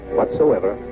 whatsoever